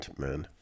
man